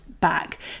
back